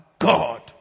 God